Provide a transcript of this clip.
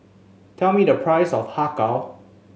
tell me the price of Har Kow